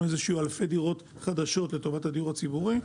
לזה שיהיו אלפי דירות חדשות לטובת הדיור הציבורי.